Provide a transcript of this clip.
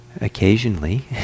occasionally